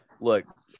look